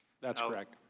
that's correct.